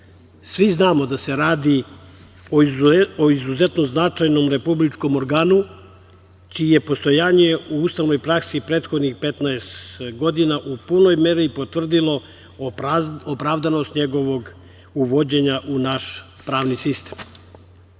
Svi znamo da se radi o izuzetno značajnom republičkom organu, čije je postojanje u ustavnoj praksi prethodnih 15 godina u punoj meri potvrdilo opravdanost njegovog uvođenja u naš pravni sistem.